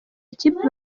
ikipe